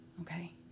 Okay